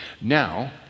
Now